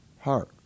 heart